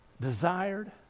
desired